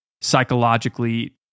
psychologically